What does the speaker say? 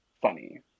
funny